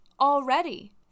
already